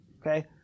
Okay